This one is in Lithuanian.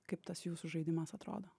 kaip tas jūsų žaidimas atrodo